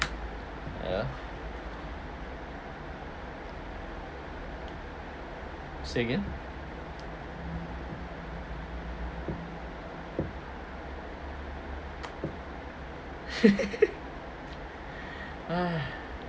ya say again